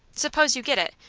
suppose you get it,